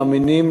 מאמינים,